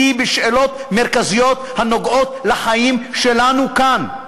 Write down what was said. בשאלות מרכזיות הנוגעות לחיים שלנו כאן.